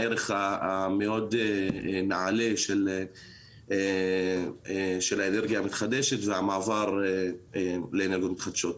הערך המאוד נעלה של האנרגיה המתחדשת והמעבר לאנרגיות מתחדשות.